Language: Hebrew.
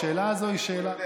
השאלה הזו היא שאלה, אה, אין לו.